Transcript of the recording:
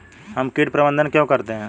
हम कीट प्रबंधन क्यों करते हैं?